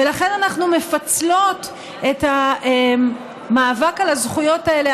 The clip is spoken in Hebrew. ולכן אנחנו מפצלות את המאבק על הזכויות האלה,